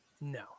No